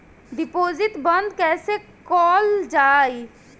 Deposit बंद कैसे कैल जाइ?